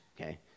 Okay